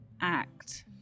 act